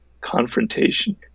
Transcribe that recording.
confrontation